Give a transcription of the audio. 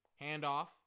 handoff